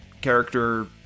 character